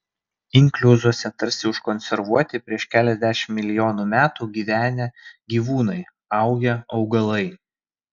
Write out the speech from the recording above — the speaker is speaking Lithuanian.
inkliuzuose tarsi užkonservuoti prieš keliasdešimt milijonų metų gyvenę gyvūnai augę augalai